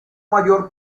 mayor